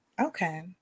Okay